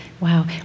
wow